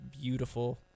beautiful